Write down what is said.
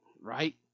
right